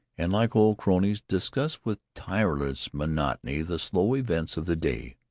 and, like old cronies, discuss with tireless monotony the slow events of the day.